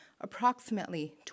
approximately